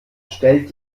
stellt